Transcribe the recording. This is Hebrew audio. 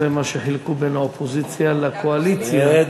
זה מה שחילקו בין האופוזיציה לקואליציה,